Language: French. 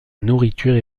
nourriture